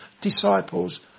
disciples